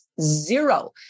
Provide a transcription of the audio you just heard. zero